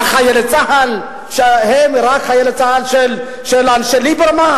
מה, חיילי צה"ל הם רק חיילי צה"ל של אנשי ליברמן?